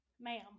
Ma'am